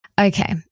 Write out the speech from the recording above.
Okay